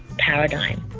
paradigm.